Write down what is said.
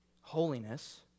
Holiness